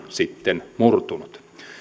sitten murtuneet